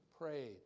prayed